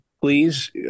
Please